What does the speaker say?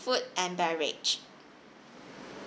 food and beverage